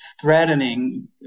threatening